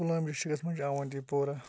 پُلوٲم ڈِسٹرکَس مَنٛز چھُ اَوَنتی پوٗرہ